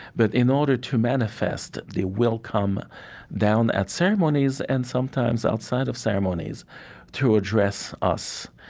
but in order to manifest, they will come down at ceremonies and sometimes outside of ceremonies to address us.